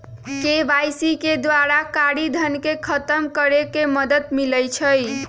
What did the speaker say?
KYC के द्वारा कारी धन के खतम करए में मदद मिलइ छै